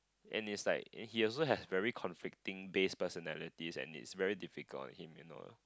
and it's like he also have very conflicting base personalities and it's very difficult for him you know lah